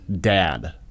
dad